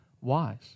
wise